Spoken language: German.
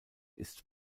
ist